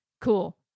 Cool